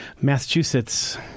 massachusetts